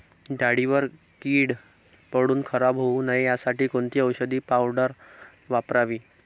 डाळीवर कीड पडून खराब होऊ नये यासाठी कोणती औषधी पावडर वापरावी?